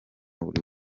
buri